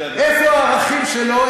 איפה הערכים שלו?